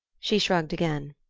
she shrugged again.